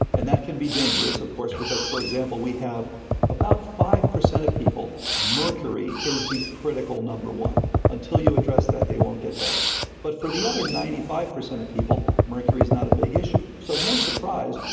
and that can be dangerous of course because, for example, we have about five percent of people, mercury is the critical number one until you address that, they won't get better but for the other ninety five percent of people, mercury is not a big issue. so no surprise,